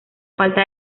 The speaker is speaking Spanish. falta